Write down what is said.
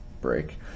break